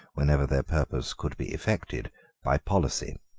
whenever their purpose could be effected by policy.